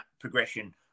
progression